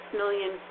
million